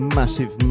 massive